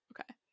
Okay